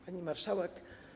Pani Marszałek!